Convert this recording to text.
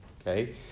okay